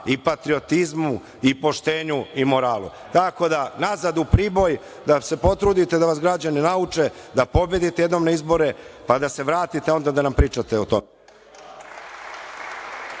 i patriotizmu i poštenju i moralu. Tako da, nazad u Priboj, da se potrudite da vas građani nauče da pobedite jednom na izborima, pa da se vratite onda da nam pričate o tome.